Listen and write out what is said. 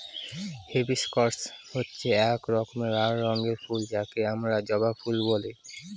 hibiscus হচ্ছে এক রকমের লাল রঙের ফুল যাকে আমরা জবা ফুল বলে